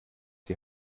die